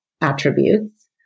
attributes